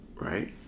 right